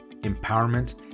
empowerment